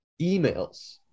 emails